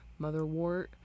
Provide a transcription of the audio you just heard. Motherwort